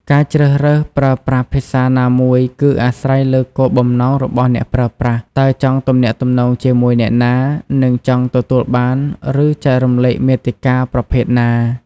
ការជ្រើសរើសប្រើប្រាស់ភាសាណាមួយ គឺអាស្រ័យលើគោលបំណងរបស់អ្នកប្រើប្រាស់ តើចង់ទំនាក់ទំនងជាមួយអ្នកណា និងចង់ទទួលបាន ឬចែករំលែកមាតិកាប្រភេទណា។